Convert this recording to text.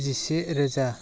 जिसे रोजा